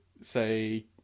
say